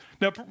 now